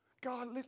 God